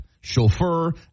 chauffeur